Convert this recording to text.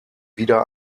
wieder